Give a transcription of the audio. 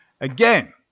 Again